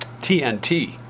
TNT